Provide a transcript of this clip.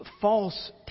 false